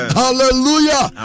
hallelujah